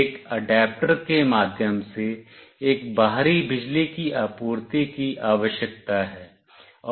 एक एडाप्टर के माध्यम से एक बाहरी बिजली की आपूर्ति की आवश्यकता है